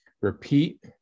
repeat